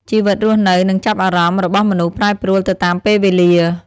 ជីវិតរស់នៅ និងចំណាប់អារម្មណ៍របស់មនុស្សប្រែប្រួលទៅតាមពេលវេលា។